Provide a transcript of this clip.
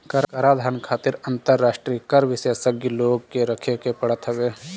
कराधान खातिर अंतरराष्ट्रीय कर विशेषज्ञ लोग के रखे के पड़त हवे